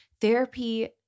therapy